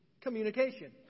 Communication